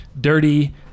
dirty